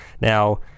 Now